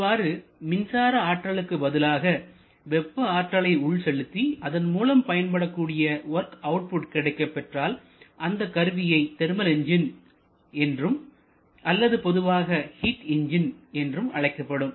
இவ்வாறு மின்சார ஆற்றலுக்கு பதிலாக வெப்ப ஆற்றலை உள் செலுத்தி அதன்மூலம் பயன்படக்கூடிய வொர்க் அவுட்புட் கிடைக்கப்பெற்றால் அந்த கருவியை தெர்மல் என்ஜின் என்றும் அல்லது பொதுவாக ஹிட் என்ஜின் என்றும் அழைக்கப்படும்